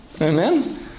Amen